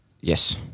Yes